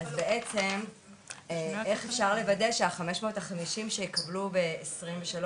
אז בעצם איך אפשר לוודא שה-550 שיקבלו ב-2023